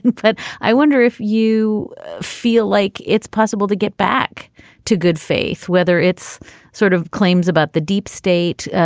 but i wonder if you feel like it's possible to get back to good faith, whether it's sort of claims about the deep state,